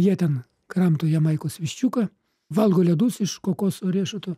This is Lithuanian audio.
jie ten kramto jamaikos viščiuką valgo ledus iš kokoso riešuto